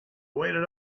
waited